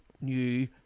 new